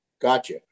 Gotcha